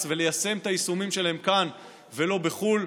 וליישם את היישומים שלהם כאן ולא בחו"ל,